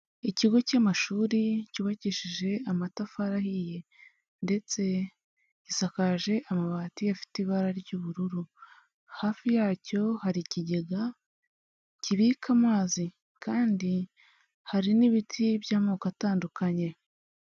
Ikigo cy'amashuri cyubakishije amatafari ahiye ndetse gisakaje amabati afite ibara ry'ubururu, hafi yacyo hari ikigega kibika amazi kandi hari n'ibiti by'amoko atandukanye.